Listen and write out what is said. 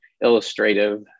illustrative